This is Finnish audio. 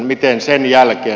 miten sen jälkeen